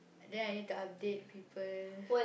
then I need to update people